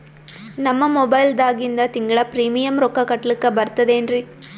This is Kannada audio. ನಮ್ಮ ಮೊಬೈಲದಾಗಿಂದ ತಿಂಗಳ ಪ್ರೀಮಿಯಂ ರೊಕ್ಕ ಕಟ್ಲಕ್ಕ ಬರ್ತದೇನ್ರಿ?